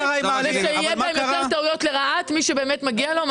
יהיו טעויות לרעת מי שבאמת מגיע לו.